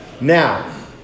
Now